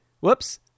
Whoops